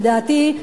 לדעתי,